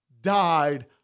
died